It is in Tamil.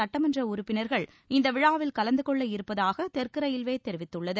சட்டமன்ற உறுப்பினர்கள் இந்த விழாவில் கலந்து கொள்ள இருப்பதாக தெற்கு ரயில்வே தெரிவித்துள்ளது